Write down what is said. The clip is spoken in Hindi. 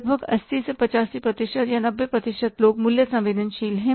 लगभग 80 से 85 प्रतिशत या 90 प्रतिशत लोग मूल्य संवेदनशील हैं